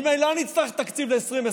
ממילא נצטרך תקציב ל-2021.